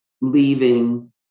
leaving